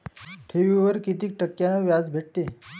ठेवीवर कितीक टक्क्यान व्याज भेटते?